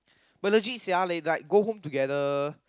but legit sia they like go home together